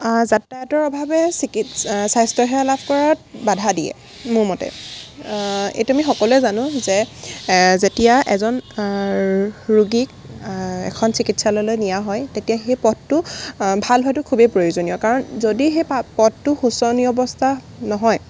যাতায়াতৰ অভাৱে চিকি স্বাস্থ্য সেৱা লাভ কৰাত বাধা দিয়ে মোৰ মতে এইটো আমি সকলোৱে জানো যে যেতিয়া এজন ৰোগীক এখন চিকিৎসালয়লৈ নিয়া হয় তেতিয়া সেই পথটো ভাল হোৱাটো খুবেই প্ৰয়োজনীয় কাৰণ যদিহে পা পথটো সুচনীয় অৱস্থা নহয়